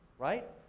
right?